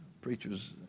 Preachers